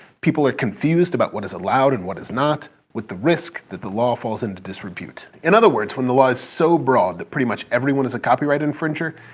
people are confused about what is allowed and what is not, with the risk that the law falls into disrepute. in other words, when the law is so broad that pretty much everyone is a copyright infringer,